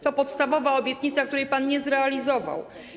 To podstawowa obietnica, której pan nie zrealizował.